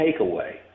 takeaway